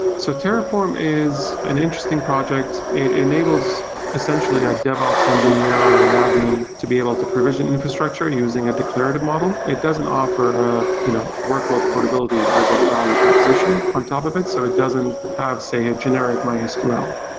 so terraform is an interesting project. it enables essentially a devops engineer or an admin to be able to provision infrastructure using a declarative model. it doesn't offer a you know workload portability as a value proposition on top of it. so it doesn't have, say, a generic mysql,